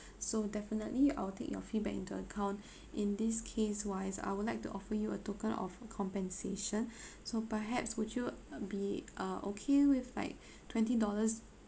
so definitely I'll take your feedback into account in this case wise I would like to offer you a token of compensation so perhaps would you be uh okay with like twenty dollars